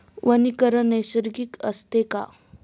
वनीकरण नैसर्गिक असते का?